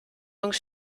donc